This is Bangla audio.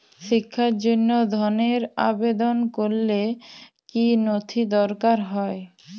শিক্ষার জন্য ধনের আবেদন করলে কী নথি দরকার হয়?